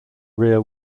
rear